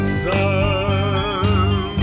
sun